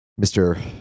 Mr